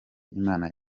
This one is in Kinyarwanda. imana